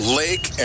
lake